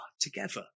together